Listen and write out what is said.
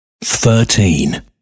thirteen